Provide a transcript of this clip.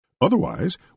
Otherwise